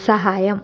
സഹായം